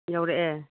ꯌꯧꯔꯛꯑꯦ